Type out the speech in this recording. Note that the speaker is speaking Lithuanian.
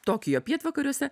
tokijo pietvakariuose